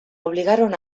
obligaron